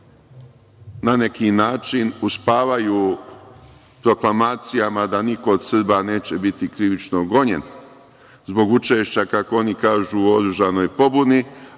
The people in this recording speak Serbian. na neki način uspavaju u proklamacijama da niko od Srba neće biti krivično gonjen, zbog učešća, kako oni kažu u oružanoj pobuni,